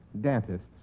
dentists